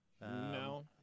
No